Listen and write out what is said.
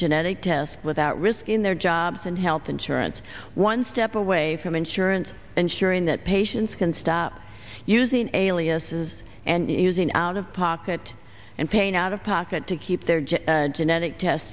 genetic test without risking their jobs and health insurance one step away from insurance and sure in that patients can stop using aliases and using out of pocket and paying out of pocket to keep their job genetic test